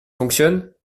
fonctionne